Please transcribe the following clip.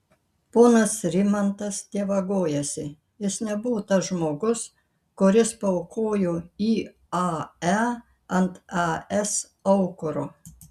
ponas rimantas dievagojasi jis nebuvo tas žmogus kuris paaukojo iae ant es aukuro